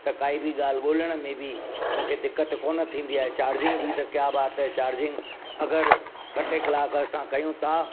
त काई बि ॻाल्हि ॻोल्हण में बि मूंखे दिक़त कोन्ह थींदी आहे चार्जिंग जी त क्या बात है चार्जिंग अगरि ॿ टे कलाक असां कयूं था